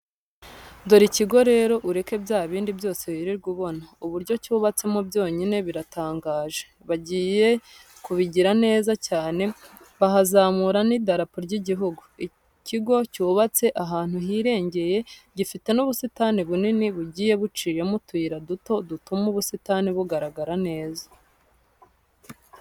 Dore ikigo rero ureke bya bindi byose wirirwa ubona, uburyo cyubatsemo bwonyine buratangaje, bagiye kubigira neza cyane bahazamura n'idarapo ry'igihugu. Ikigo cyubatse ahantu hirengeye gifite n'ubusitani bunini bugiye buciyemo utuyira duto dutuma ubusitani bugaragara neza.